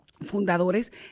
fundadores